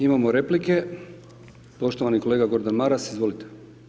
Imamo replike, poštovani kolega Gordan Maras, izvolite.